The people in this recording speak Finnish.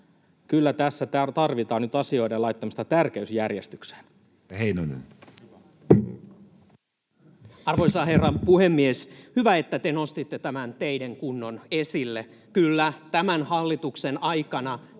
Kyllä tässä tarvitaan nyt asioiden laittamista tärkeysjärjestykseen. Edustaja Heinonen. Arvoisa herra puhemies! Hyvä, että te nostitte tämän teiden kunnon esille. Kyllä, tämän hallituksen aikana